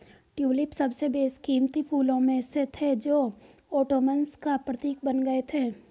tulip सबसे बेशकीमती फूलों में से थे जो ओटोमन्स का प्रतीक बन गए थे